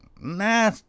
nah